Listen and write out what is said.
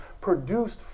produced